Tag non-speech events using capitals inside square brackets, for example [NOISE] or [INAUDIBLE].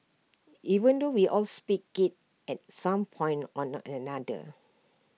even though we all speak IT at some point or [UNINTELLIGIBLE] another